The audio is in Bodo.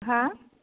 हो